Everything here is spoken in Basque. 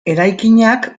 eraikinak